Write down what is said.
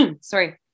sorry